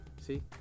See